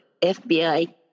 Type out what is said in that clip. FBI